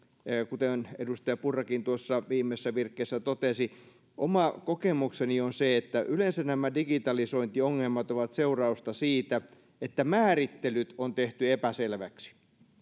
kuten edustaja purrakin tuossa viimeisessä virkkeessä totesi että oma kokemukseni on se että yleensä nämä digitalisointiongelmat ovat seurausta siitä että määrittelyt on tehty epäselviksi